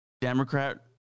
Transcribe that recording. Democrat